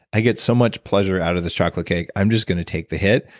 i get so much pleasure out of this chocolate cake, i'm just gonna take the hit,